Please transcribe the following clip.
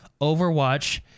overwatch